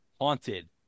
haunted